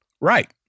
right